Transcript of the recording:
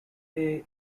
air